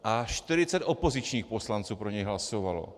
A 40 opozičních poslanců pro něj hlasovalo.